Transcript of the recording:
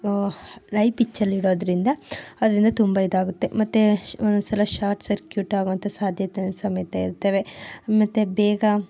I ಪಿಚ್ಚಲ್ಲಿಡೋದ್ರಿಂದ ಅದರಿಂದ ತುಂಬ ಇದಾಗುತ್ತೆ ಮತ್ತೆ ಒಂದೊಂದ್ಸಲ ಶಾರ್ಟ್ ಸರ್ಕ್ಯೂಟ್ ಆಗುವಂಥ ಸಾಧ್ಯತೆ ಸಮೇತ ಇರ್ತವೆ ಮತ್ತೆ ಬೇಗ